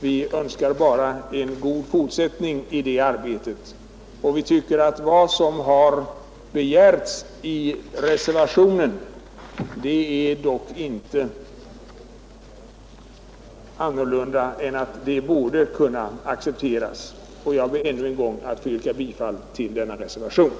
Vi önskar honom en god fortsättning i arbetet för Gotland och tycker att vad som begärts i reservationen dock inte är märkvärdigare än att det borde kunnat accepteras. Jag ber ännu en gång att få yrka bifall till reservationen.